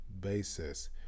basis